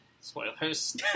Spoilers